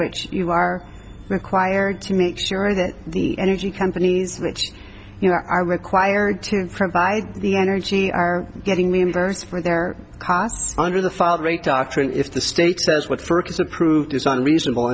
which you are required to make sure that the energy companies which you know are required to provide the energy are getting reimbursed for their costs under the filed rate doctrine if the state says what fergus approved isn't reasonable